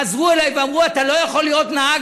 חזרו אלי ואמרו: אתה לא יכול להיות נהג